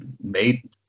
made